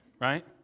Right